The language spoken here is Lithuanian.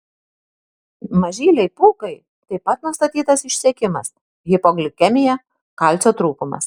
mažylei pūkai taip pat nustatytas išsekimas hipoglikemija kalcio trūkumas